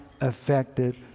affected